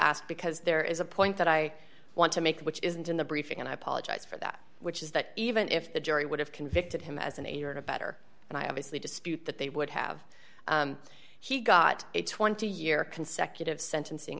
asked because there is a point that i want to make which isn't in the briefing and i apologize for that which is that even if the jury would have convicted him as an aider and abettor and i obviously dispute that they would have he got a twenty year consecutive sentencing